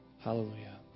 Hallelujah